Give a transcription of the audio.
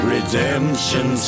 Redemption